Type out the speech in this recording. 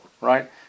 right